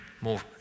more